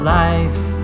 life